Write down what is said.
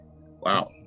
Wow